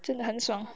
真的很爽